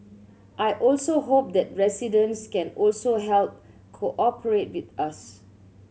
I also hope that residents can also help cooperate with us